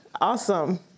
Awesome